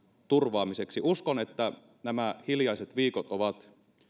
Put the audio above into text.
turvaamiseksi uskon että nämä hiljaiset viikot ovat